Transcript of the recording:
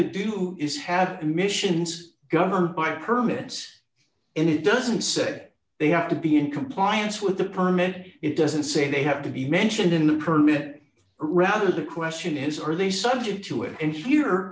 to do is have emissions governed by permits and it doesn't say they have to be in compliance with the permit it doesn't say they have to be mentioned in the permit rather the question is are they subject to it and here